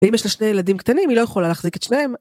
‫ואם יש לה שני ילדים קטנים, ‫היא לא יכולה להחזיק את שניהם